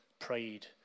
prayed